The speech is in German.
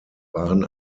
waren